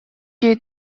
you